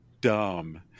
dumb